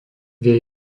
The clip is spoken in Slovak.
jej